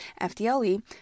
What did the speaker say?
FDLE